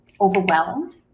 overwhelmed